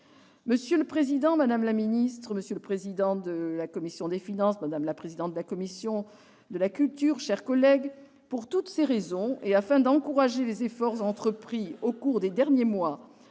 Monsieur le président, madame la ministre, monsieur le président de la commission des finances, madame la présidente de la commission de la culture, mes chers collègues, pour toutes ces raisons, et afin d'encourager les efforts entrepris au cours des derniers mois